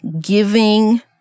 giving